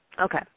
Okay